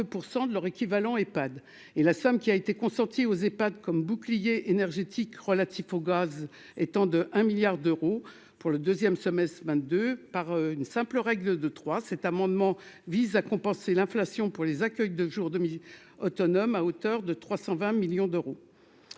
de leur équivalent Epad et la somme qui a été consenti aux Epad comme bouclier énergétique relatifs au gaz étant de 1 milliard d'euros pour le 2ème semestre 22 par une simple règle de 3, cet amendement vise à compenser l'inflation pour les accueils de jour, de 1000 autonome à hauteur de 320 millions d'euros,